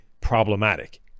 problematic